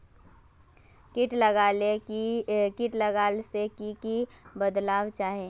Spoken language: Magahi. किट लगाले से की की बदलाव होचए?